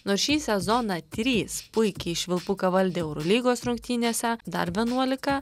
nors šį sezoną trys puikiai švilpuką valdė eurolygos rungtynėse dar vienuolika